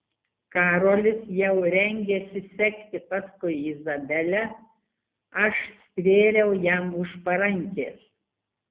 karolis jau rengėsi sekti paskui izabelę aš stvėriau jam už parankės